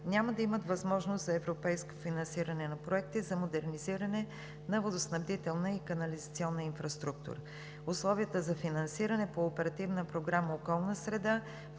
няма да имат възможност за европейско финансиране на проекти за модернизиране на водоснабдителна и канализационна инфраструктура. Условията за финансиране по Оперативната програма „Околна среда“